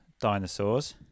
dinosaurs